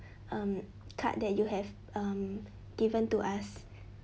um card that you have um given to us